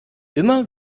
immer